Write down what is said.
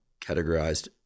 categorized